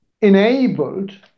enabled